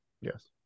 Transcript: Yes